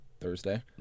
Thursday